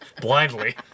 Blindly